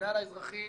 המינהל האזרחי